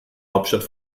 hauptstadt